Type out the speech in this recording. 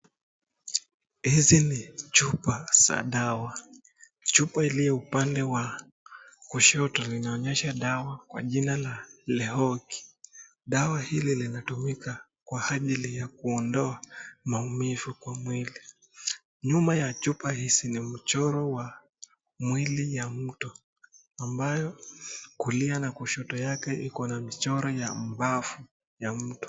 Hizi ni chupa za dawa. Chupa iliyo upande wa kushoto linaonyesha dawa kwa jina la Leoki. Dawa hili linatumika kwa ajili ya kuondoa maumivu kwa mwili. Nyuma ya chupa hizi ni muchoro wa mwili ya mtu ambayo kulia na kushoto yake iko na michoro ya mbafu ya mtu.